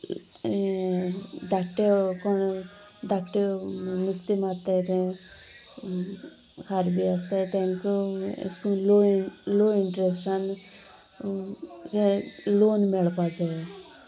धाकट्यो कोण धाकट्यो नुस्तें मारतात ते खारवी आसतात तांकां अशें करून लो लो इंट्रेस्टान हे लोन मेळपाक जाय